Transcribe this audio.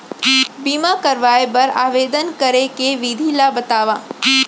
बीमा करवाय बर आवेदन करे के विधि ल बतावव?